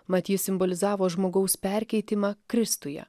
mat ji simbolizavo žmogaus perkeitimą kristuje